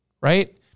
right